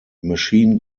machine